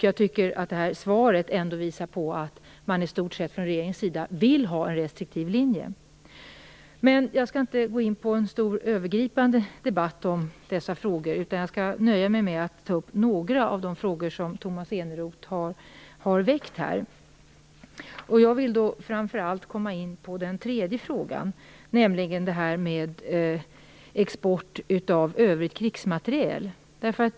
Jag tycker att det här svaret visar att man från regeringens sida i stort sett vill ha en restriktiv linje. Jag skall inte gå in på en stor och övergripande debatt om detta, utan jag skall nöja mig med att ta upp några av de frågor som Tomas Eneroth har ställt. Jag vill framför allt komma in på den tredje frågan, om export av övrig krigsmateriel.